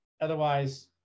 otherwise